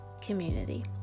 community